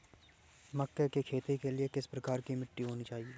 मक्के की खेती के लिए किस प्रकार की मिट्टी होनी चाहिए?